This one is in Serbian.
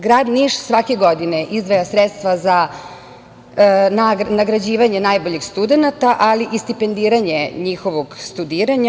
Grad Niš svake godine izdvaja sredstva za nagrađivanje najboljih studenata, ali i stipendiranje njihovog studiranja.